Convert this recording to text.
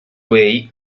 way